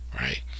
Right